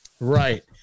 Right